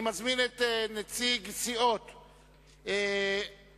אני מזמין את נציגי סיעות הליכוד,